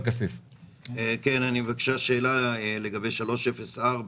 שאלה לגבי 304,